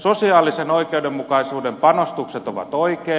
sosiaalisen oikeudenmukaisuuden panostukset ovat oikein